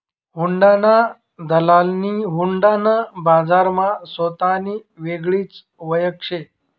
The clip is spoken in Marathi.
हुंडीना दलालनी हुंडी ना बजारमा सोतानी येगळीच वयख शे